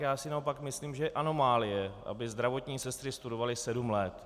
Já si naopak myslím, že je anomálie, aby zdravotní sestry studovaly sedm let.